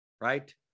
right